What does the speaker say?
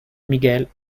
miguel